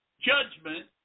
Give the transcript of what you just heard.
judgment